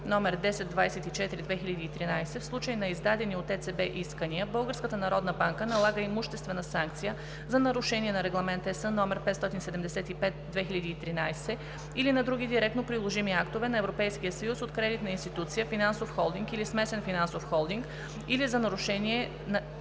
№ 1024/2013, в случай на издадени от ЕЦБ искания, Българската народна банка налага имуществена санкция за нарушение на Регламент (ЕС) № 575/2013 или на други директно приложими актове на Европейския съюз от кредитна институция, финансов холдинг или смесен финансов холдинг или за нарушение или